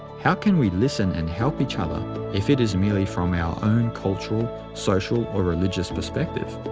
how can we listen and help each other if it is merely from our own cultural, social, or religious perspective?